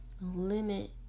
limit